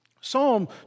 Psalm